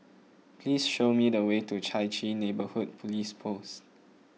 please show me the way to Chai Chee Neighbourhood Police Post